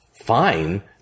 fine